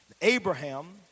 Abraham